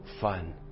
fun